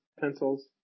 pencils